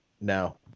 No